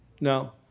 no